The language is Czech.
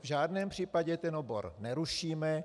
V žádném případě ten obor nerušíme.